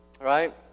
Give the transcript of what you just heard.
right